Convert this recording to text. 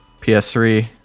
PS3